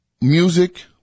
music